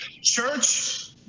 church